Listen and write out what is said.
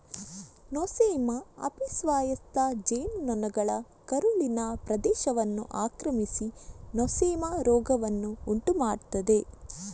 Nosema ಆಪಿಸ್ವಯಸ್ಕ ಜೇನು ನೊಣಗಳ ಕರುಳಿನ ಪ್ರದೇಶವನ್ನು ಆಕ್ರಮಿಸಿ ನೊಸೆಮಾ ರೋಗವನ್ನು ಉಂಟು ಮಾಡ್ತದೆ